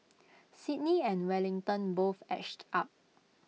Sydney and Wellington both edged up